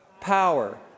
power